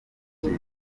kiri